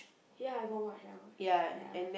ya I got watch I got watch ya